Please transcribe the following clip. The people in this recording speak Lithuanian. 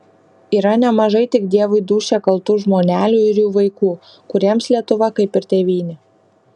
yra nemažai tik dievui dūšią kaltų žmonelių ir jų vaikų kuriems lietuva kaip ir tėvynė